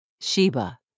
Sheba